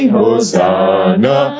hosanna